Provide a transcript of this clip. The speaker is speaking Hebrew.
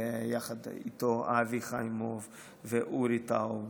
איתו אבי חיימוב ואורי טאוב